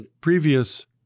previous